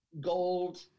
gold